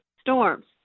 storms